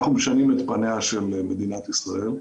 אנחנו משנים את פניה של מדינת ישראל,